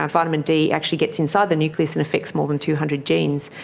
vitamin d actually gets inside the nucleus and affects more than two hundred genes.